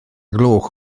gloch